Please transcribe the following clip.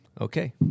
Okay